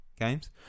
games